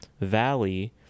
Valley